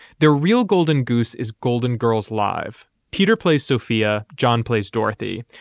they're real. golden goose is golden girls live. peter plays sophia. john plays dorothy,